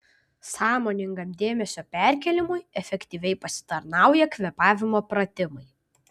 sąmoningam dėmesio perkėlimui efektyviai pasitarnauja kvėpavimo pratimai